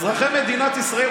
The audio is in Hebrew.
אזרחי מדינת ישראל,